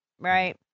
right